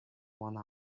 one